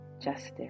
justice